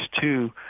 two